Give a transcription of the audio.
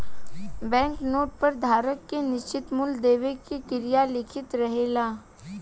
bank note पर धारक के निश्चित मूल देवे के क्रिया लिखल रहेला